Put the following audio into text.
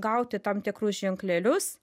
gauti tam tikrus ženklelius